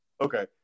okay